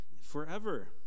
forever